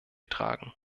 tragen